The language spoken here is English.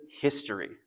history